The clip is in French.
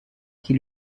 qui